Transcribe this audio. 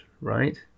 right